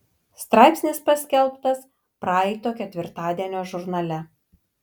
straipsnis paskelbtas praeito ketvirtadienio žurnale